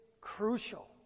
crucial